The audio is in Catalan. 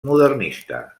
modernista